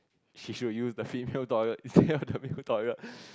she should use the female toilet instead of the male toilet